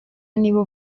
nibo